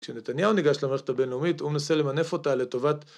כשנתניהו ניגש למערכת הבינלאומית הוא מנסה למנף אותה לטובת